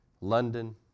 London